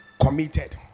committed